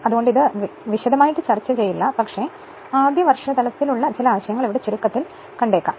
അതിനാൽ ഇത് വിശദമായി ചർച്ചചെയ്യില്ല പക്ഷേ ആദ്യ വർഷ തലത്തിൽ ഉള്ള ചില ആശയങ്ങൾ ഇവിടെ ചുരുക്കത്തിൽ ലഭിക്കും